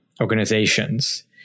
organizations